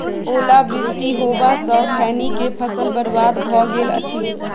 ओला वृष्टी होबा स खैनी के फसल बर्बाद भ गेल अछि?